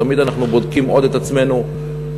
תמיד אנחנו בודקים את עצמנו עוד.